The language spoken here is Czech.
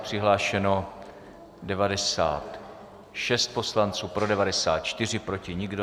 Přihlášeno 96 poslanců, pro 94, proti nikdo.